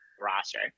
roster